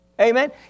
Amen